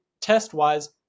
test-wise